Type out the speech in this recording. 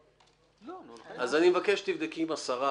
אז אני מבקש שתבדקי עם השרה